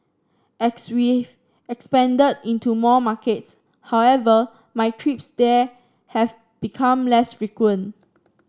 we've expanded into more markets however my trips there have become less frequent